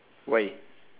why